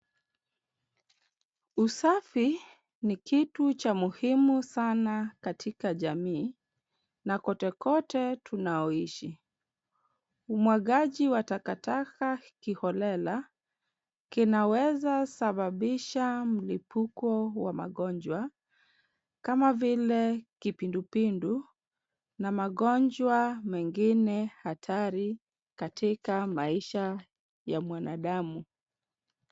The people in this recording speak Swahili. Usafi ni kitu cha muhimu sana katika jamii na kotekote tunaoishi. Umwagaji wa takataka kiholela kinaweza sababisha mlipuko wa magonjwa, kama vile kipindupindu na magonjwa mengine hatari katika maisha ya mwanadamu.